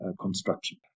construction